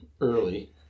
early